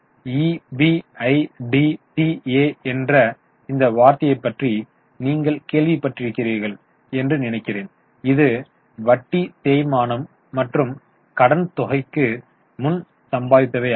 EBIDTA என்ற இந்த வார்த்தையைப் பற்றி நீங்கள் கேள்விப்பட்டிருப்பீர்கள் என்று நினைக்கிறேன் இது வட்டி தேய்மானம் மற்றும் கடன் தொகைக்கு முன் சம்பாதித்தவையாகும்